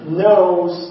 knows